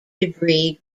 degree